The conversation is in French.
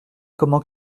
comment